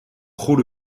goede